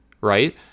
right